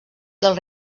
del